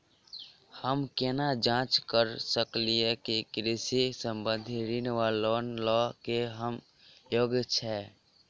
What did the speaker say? हम केना जाँच करऽ सकलिये की कृषि संबंधी ऋण वा लोन लय केँ हम योग्य छीयै?